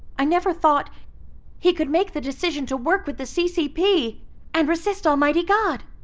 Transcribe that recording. i never thought he could make the decision to work with the ccp and resist almighty god.